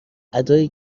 ادای